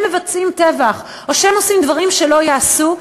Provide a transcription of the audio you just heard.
מבצעים טבח או שהם עושים דברים שלא ייעשו,